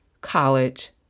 college